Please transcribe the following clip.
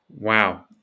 Wow